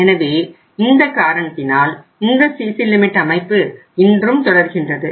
எனவே இந்தக் காரணத்தினால் இந்த சிசி லிமிட் அமைப்பு இன்றும் தொடர்கின்றது